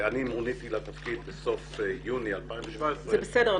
ואני מוניתי לתפקיד בסוף יוני 2017. זה בסדר.